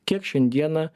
kiek šiandieną